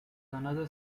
another